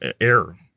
error